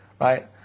right